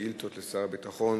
שאילתות לשר הביטחון,